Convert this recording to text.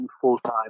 full-time